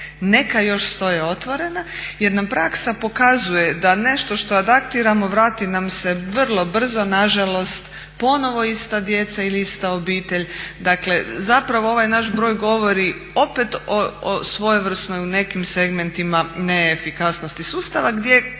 neka još stoje otvorena jer nam praksa pokazuje da nešto što adaktiramo vrati nam se vrlo brzo, nažalost ponovno ista djeca ili ista obitelj. Dakle, zapravo ovaj naš broj govori opet o svojevrsnoj u nekim segmentima neefikasnosti sustava gdje